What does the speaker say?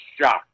shocked